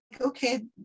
okay